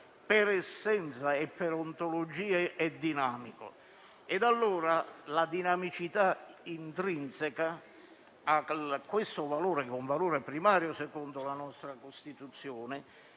per essenza e per ontologia - è dinamico. E allora la dinamicità intrinseca a questo, che è un valore primario, secondo la nostra Costituzione,